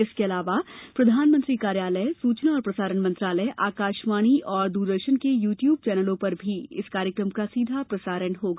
इसके अलावा प्रधानमंत्री कार्यालय सूचना और प्रसारण मंत्रालय आकाशवाणी तथा दूरदर्शन के यूट्यूब चैनलों पर भी इस कार्यक्रम का सीधा प्रसारण होगा